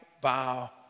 bow